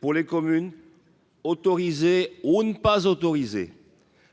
pour les communes autorisées au ne pas autoriser